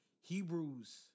Hebrews